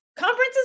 conferences